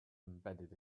embedded